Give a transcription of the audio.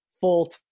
full